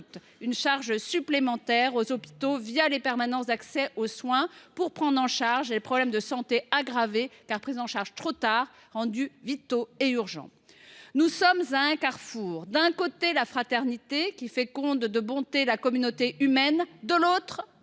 une charge supplémentaire pour les hôpitaux les permanences d’accès aux soins qui s’occuperont de problèmes de santé aggravés, car pris en charge trop tard, rendus vitaux et urgents. « Nous sommes à un carrefour. D’un côté la fraternité, qui féconde de bonté la communauté humaine ; de l’autre